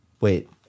Wait